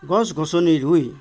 গছ গছনি ৰুই